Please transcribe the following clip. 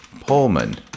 Pullman